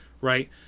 Right